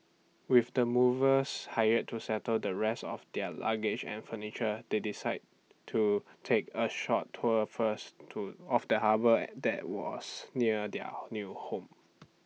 with the movers hired to settle the rest of their luggage and furniture they decided to take A short tour first to of the harbour that was near their new home